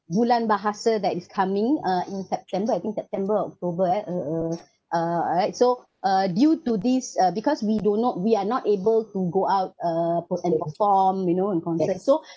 bulan bahasa that is coming uh in september I think september or october uh uh uh alright so uh due to this uh because we don't know we are not able to go out uh post and perform you know in concert so